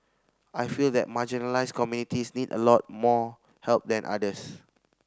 I feel that marginalised communities need a lot more help than others